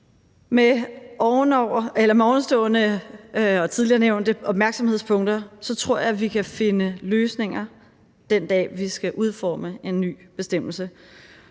Med ovenstående og tidligere nævnte opmærksomhedspunkter tror jeg, vi kan finde løsninger, den dag vi skal udforme en ny bestemmelse,